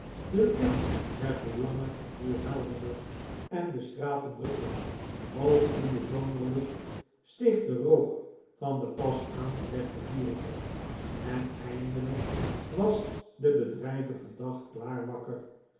de lucht werd hoe langer hoe helderder en de straten drukker hoog in de zomerlucht steeg de rook van de pas aangelegde vuren op en eindelijk was de bedrijvige